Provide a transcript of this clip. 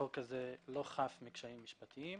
החוק הזה לא חף מקשיים משפטיים.